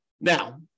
Now